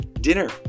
dinner